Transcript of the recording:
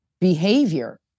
behavior